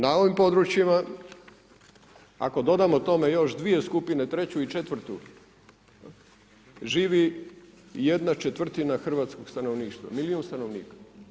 Na ovim područjima ako dodamo tome još dvije skupine treću i četvrtu živi 1/4 hrvatskog stanovništva, milijun stanovnika.